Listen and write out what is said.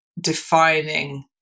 defining